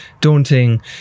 daunting